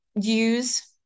use